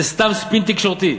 זה סתם ספין תקשורתי.